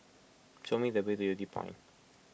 show me the way to Yew Tee Point